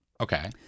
Okay